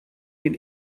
den